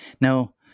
Now